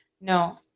no